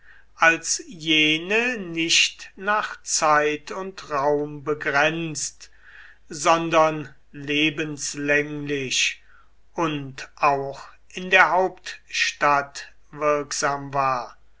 als jene nicht nach zeit und raum begrenzt sondern lebenslänglich und auch in der hauptstadt wirksam war